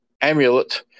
amulet